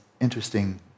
interesting